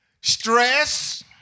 stress